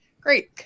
Great